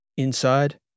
Inside